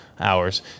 Hours